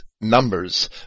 numbers